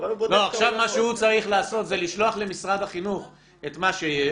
--- עכשיו מה שהוא צריך לעשות זה לשלוח למשרד החינוך את מה שיש.